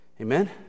Amen